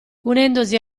unendosi